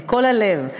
מכל הלב,